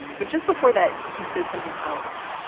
but just before that, he says something else.